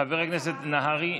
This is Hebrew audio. חבר הכנסת נהרי,